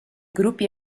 gruppi